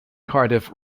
cardiff